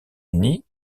unis